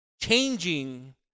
changing